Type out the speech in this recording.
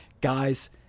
Guys